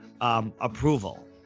approval